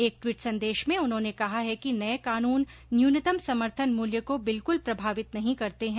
एक टवीट संदेश में उन्होने कहा है कि नये कानुन न्यनतम समर्थन मुल्य को बिल्कुल प्रभावित नहीं करते हैं